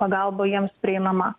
pagalba jiems prieinama